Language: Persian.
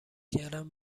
کردن